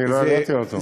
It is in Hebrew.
אני לא ידעתי אותו.